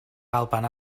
alban